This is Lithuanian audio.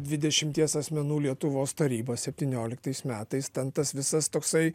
dvidešimties asmenų lietuvos taryba septynioliktais metais ten tas visas toksai